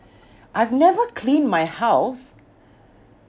I've never cleaned my house